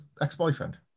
ex-boyfriend